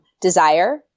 desire